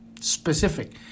Specific